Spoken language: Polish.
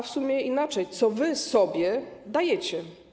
W sumie inaczej: Co wy sobie dajecie?